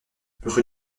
rue